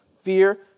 Fear